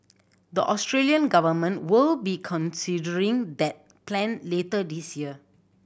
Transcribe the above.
the Australian government will be considering that plan later this year